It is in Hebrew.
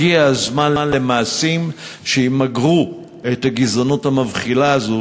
הגיע הזמן למעשים שימגרו את הגזענות המבחילה הזאת,